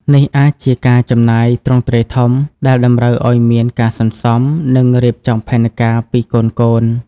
នេះអាចជាការចំណាយទ្រង់ទ្រាយធំ ដែលតម្រូវឱ្យមានការសន្សំ និងរៀបចំផែនការពីកូនៗ។